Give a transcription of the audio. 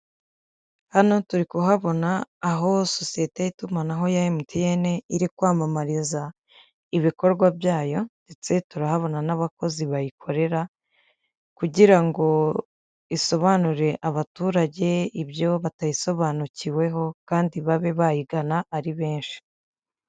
Hano turi kuhabona aho sosiyete y'itumanaho ya MTN iri kwamamariza ibikorwa byayo ndetse turahabona n'abakozi bayikorera, kugira ngo isobanurire abaturage ibyo batayisobanukiweho kandi babe bayigana ari benshi.